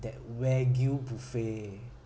that wagyu buffet